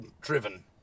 driven